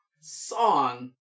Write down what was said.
song